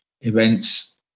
events